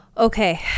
Okay